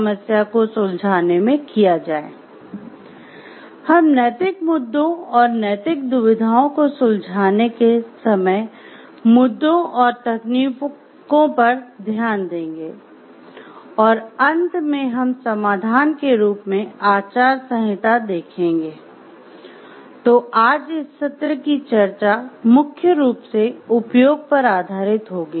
समस्याओं की तरह हम "कर्तव्य नैतिकता" पर आधारित होगी